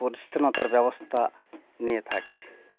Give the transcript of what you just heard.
পরিছন্নতার ব্যবস্থা নিয়ে থাকি